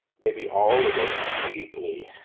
maybe all of us deeply,